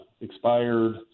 expired